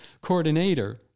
coordinator